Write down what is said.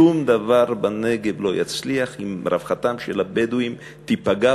שום דבר בנגב לא יצליח אם רווחתם של הבדואים תיפגע,